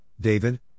David